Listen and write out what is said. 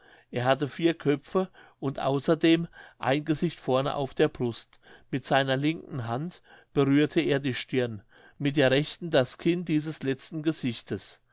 er hatte vier köpfe und außerdem ein gesicht vorn auf der brust mit seiner linken hand berührte er die stirn mit der rechten das kinn dieses letzten gesichtes